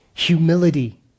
Humility